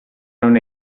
non